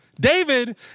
David